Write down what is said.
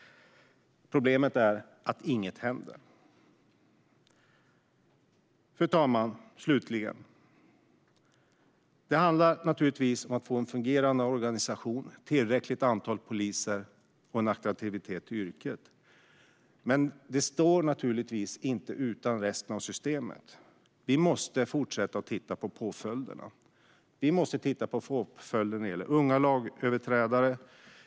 Problemet är att inget händer. Fru talman! Slutligen handlar det naturligtvis om att få en fungerande organisation, tillräckligt antal poliser och en attraktivitet i yrket. Men det fungerar inte utan resten av systemet. Vi måste fortsätta titta på påföljderna, bland annat vad gäller unga lagöverträdare.